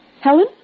Helen